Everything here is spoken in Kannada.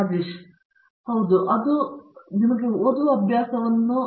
ರಾಜೇಶ್ ಕುಮಾರ್ ಮತ್ತು ಅದು ನಿಮಗೆ ಓದುವ ಅಭ್ಯಾಸವನ್ನು ನೀಡುತ್ತದೆ